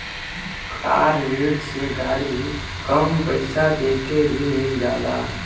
कार ऋण से गाड़ी कम पइसा देके भी मिल जाला